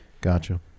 Gotcha